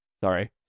Sorry